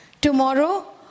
tomorrow